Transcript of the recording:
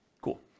Cool